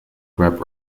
grab